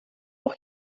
auch